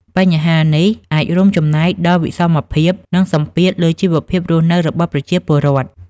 បញ្ហានេះអាចរួមចំណែកដល់វិសមភាព និងសម្ពាធលើជីវភាពរស់នៅរបស់ប្រជាពលរដ្ឋ។